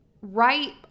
right